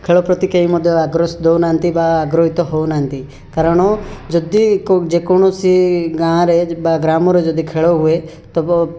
ଖେଳ ପ୍ରତି କେହି ମଧ୍ୟ ଆଗ୍ରହ ଦେଉନାହାଁନ୍ତି ବା ଆଗ୍ରହୀତ ହେଉନାହାଁନ୍ତି କାରଣ ଯଦି ଯେକୌଣସି ଗାଁରେ ବା ଗ୍ରାମରେ ଯଦି ଖେଳ ହୁଏ ତେବେ